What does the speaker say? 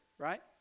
Right